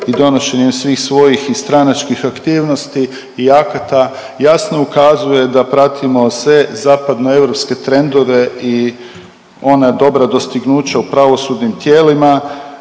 i donošenjem svih svojih i stranačkih aktivnosti i akata jasno ukazuje da pratimo sve zapadnoeuropske trendove i ona dobra dostignuća u pravosudnim tijelima.